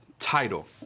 title